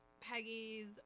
Peggy's